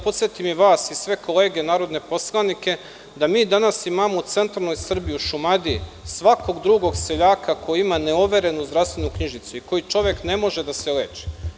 Podsetio bih i vas i sve kolege narodne poslanike da mi danas imamo u centralnoj Srbiji, u Šumadiji, svakog drugog seljaka koji ima neoverenu zdravstvenu knjižicu i čovek ne može da se leči.